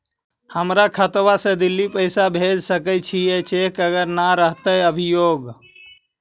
हमर खाता से दिल्ली पैसा भेज सकै छियै चेक अगर नय रहतै अपना पास अभियोग?